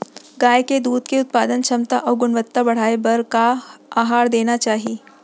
गाय के दूध के उत्पादन क्षमता अऊ गुणवत्ता बढ़ाये बर का आहार देना चाही?